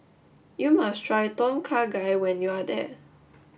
you must try Tom Kha Gai when you are